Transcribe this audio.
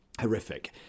horrific